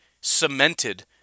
cemented